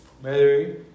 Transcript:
Mary